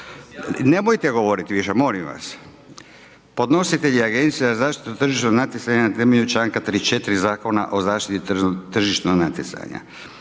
Nemojte govorit više, molim vas. Podnositelj je agencija za zaštitu tržišnog natjecanja na temelju članka 34 Zakona o zaštiti tržišnog natjecanja.